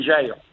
jail